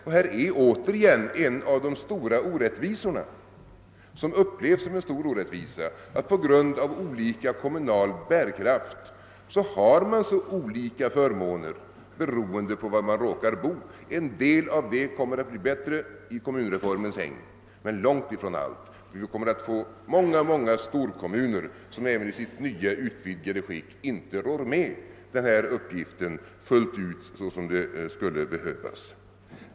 Här har vi återigen en av de stora orättvisorna, att man på grund av den olika bärkraften i kommunerna har så olika förmåner beroende på var man råkar bo. En del av detta kommer att bli bättre i kommunreformens hägn, men långt ifrån allt. Vi kommer att få många storkommuner som inte ens i sitt utvidgade skick rår med den här uppgiften fullt ut som det skulle behövas.